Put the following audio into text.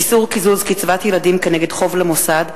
איסור קיזוז קצבת ילדים כנגד חוב למוסד),